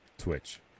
Twitch